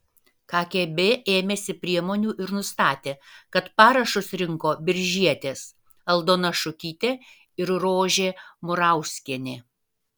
kgb ėmėsi priemonių ir nustatė kad parašus rinko biržietės aldona šukytė ir rožė murauskienė